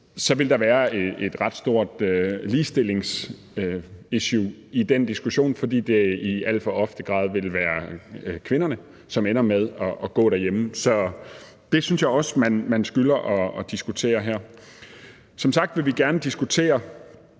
vil der være et ret stort ligestillingsissue i den diskussion, fordi det alt for ofte vil være kvinderne, som ender med at gå derhjemme. Så det synes jeg også man skylder at diskutere her. Som sagt vil vi gerne diskutere,